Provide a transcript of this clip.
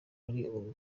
kuri